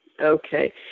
Okay